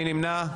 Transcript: מי נמנע?